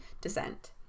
descent